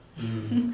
mm